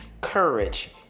Courage